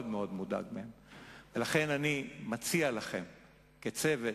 לכן אני מציע לכם כצוות,